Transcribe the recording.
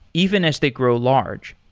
even as they grow large.